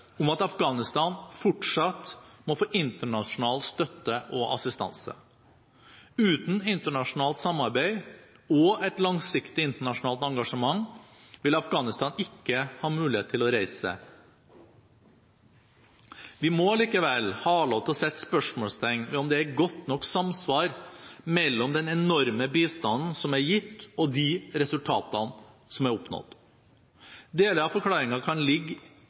om at Afghanistan fortsatt må få internasjonal støtte og assistanse. Uten internasjonalt samarbeid og et langsiktig internasjonalt engasjement vil Afghanistan ikke ha mulighet til å reise seg. Vi må likevel ha lov til å sette spørsmålstegn ved om det er godt nok samsvar mellom den enorme bistanden som er gitt, og de resultatene som er oppnådd. Deler av forklaringen kan ligge